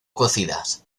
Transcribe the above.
cocidas